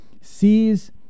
sees